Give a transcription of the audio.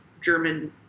German